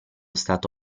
stato